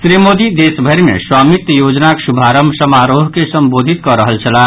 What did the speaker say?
श्री मोदी देशभरि मे स्वामित्व योजनाक शुभारंभ समारोह के संबोधित कऽ रहल छलाह